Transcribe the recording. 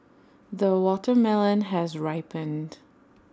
the watermelon has ripened